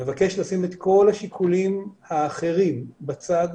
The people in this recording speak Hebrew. אני מבקש לשים את כל השיקולים האחרים בצד.